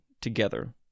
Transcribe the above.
together